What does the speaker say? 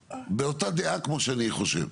באותה דעה כמו שאני חושב.